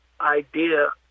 idea